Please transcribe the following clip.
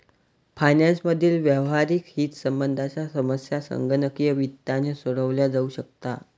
finance मधील व्यावहारिक हितसंबंधांच्या समस्या संगणकीय वित्ताने सोडवल्या जाऊ शकतात